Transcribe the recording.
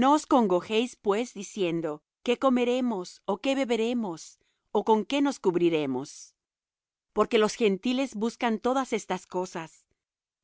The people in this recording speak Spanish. no os congojéis pues diciendo qué comeremos ó qué beberemos ó con qué nos cubriremos porque los gentiles buscan todas estas cosas